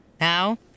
Now